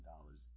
dollars